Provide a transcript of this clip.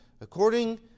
according